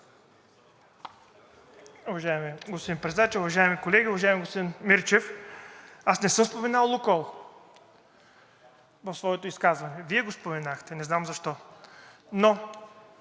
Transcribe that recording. Уважаеми господин Председател, уважаеми колеги! Уважаеми господин Мирчев, аз не съм споменал „Лукойл“ в своето изказване. Вие го споменахте – не знам защо. Пак